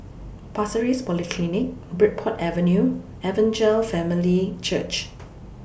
Pasir Ris Polyclinic Bridport Avenue Evangel Family Church